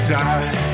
die